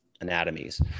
anatomies